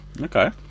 Okay